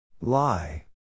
Lie